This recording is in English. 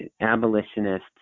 abolitionists